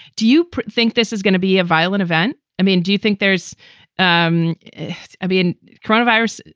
do you think this is going to be a violent event? i mean, do you think there's um been coronavirus